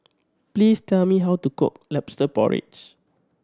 please tell me how to cook Lobster Porridge